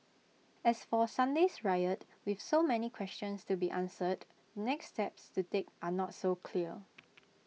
as for Sunday's riot with so many questions to be answered the next steps to take are not so clear